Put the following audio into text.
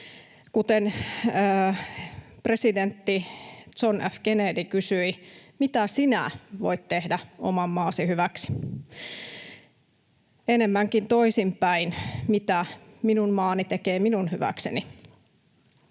kuten presidentti John F. Kennedy kysyi: mitä sinä voit tehdä oman maasi hyväksi? Enemmänkin toisinpäin: mitä minun maani tekee minun hyväkseni?